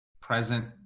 present